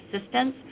assistance